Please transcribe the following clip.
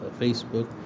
Facebook